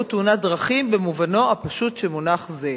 "תאונת דרכים" במובנו הפשוט של מונח זה.